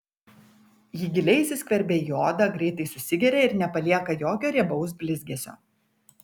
ji giliai įsiskverbia į odą greitai susigeria ir nepalieka jokio riebaus blizgesio